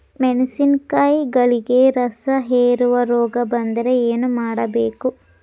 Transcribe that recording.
ಮೆಣಸಿನಕಾಯಿಗಳಿಗೆ ರಸಹೇರುವ ರೋಗ ಬಂದರೆ ಏನು ಮಾಡಬೇಕು?